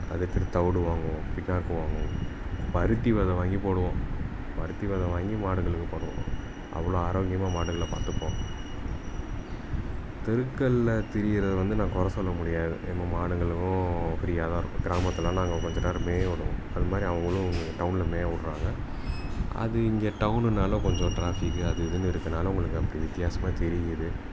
அதுக்குனு தவிடு வாங்குவோம் புண்ணாக்கு வாங்குவோம் பருத்தி விதை வாங்கிப் போடுவோம் பருத்தி விதை வாங்கி மாடுகளுக்கு போடுவோம் அவ்வளோ ஆரோக்கியமாக மாடுகளை பார்த்துப்போம் தெருக்களில் திரிகிறத வந்து நான் குறை சொல்ல முடியாது எம்ம மாடுங்களும் ஃப்ரீயாக தான் இருக்கும் கிராமத்தில் நாங்கள் கொஞ்ச நேரம் மேய விடுவோம் அதுமாதிரி அவங்களும் டவுனில் மேய விட்றாங்க அது இங்கே டவுனுனால் கொஞ்சம் ட்ராஃபிக் அது இதுன்னு இருக்கனால் உங்களுக்கு அப்படி வித்தியாசமாக தெரியுது